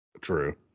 True